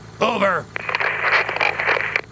Over